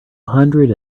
hundred